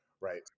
right